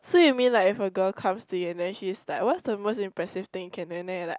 so you mean like if a girl comes to you and then she is like what's the most impressive thing can do and then you're like